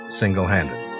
single-handed